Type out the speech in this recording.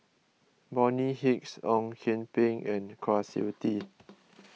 Bonny Hicks Ong Kian Peng and Kwa Siew Tee